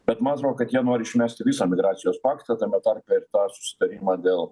bet man atro kad jie nori išmesti visą migracijos paktą tame tarpe ir tą susitarimą dėl